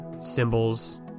symbols